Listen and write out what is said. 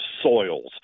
soils